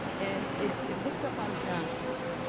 and it it picks up on john's point,